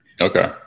Okay